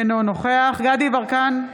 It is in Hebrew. אינו נוכח דסטה גדי יברקן,